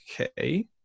Okay